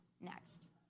next